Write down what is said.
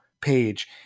page